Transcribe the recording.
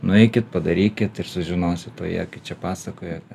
nueikit padarykit ir sužinosit o jie kai čia pasakoja